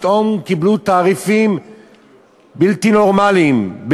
פתאום קיבלו תעריפים בלתי נורמליים,